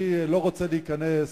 אני לא רוצה להיכנס